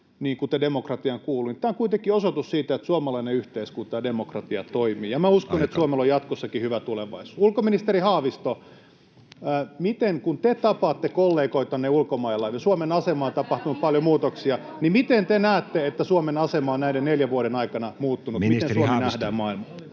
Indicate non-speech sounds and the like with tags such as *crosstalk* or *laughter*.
kuten demokratiaan kuuluu, niin tämä on kuitenkin osoitus siitä, että suomalainen yhteiskunta ja demokratia toimivat, [Puhemies: Aika!] ja minä uskon, että Suomella on jatkossakin hyvä tulevaisuus. *noise* Ulkoministeri Haavisto, kun te tapaatte kollegoitanne ulkomailla ja kun Suomen asemassa on tapahtunut paljon muutoksia, niin miten te näette, että Suomen asema on näiden neljän vuoden aikana muuttunut? Miten Suomi nähdään maailmalla?